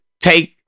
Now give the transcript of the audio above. take